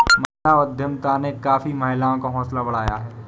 महिला उद्यमिता ने काफी महिलाओं का हौसला बढ़ाया है